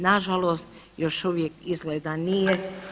Nažalost još uvijek izgleda nije.